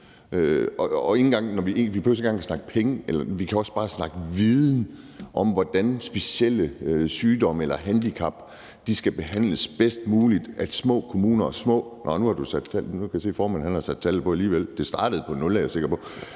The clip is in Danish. Vi kan også bare snakke om viden om, hvordan specielle sygdomme eller handicap skal behandles bedst muligt. Nå, nu kan jeg se, at formanden har sat taletid på alligevel. Det startede på nul, er jeg sikker på.